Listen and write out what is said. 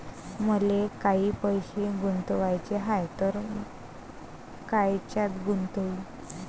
मले काही पैसे गुंतवाचे हाय तर कायच्यात गुंतवू?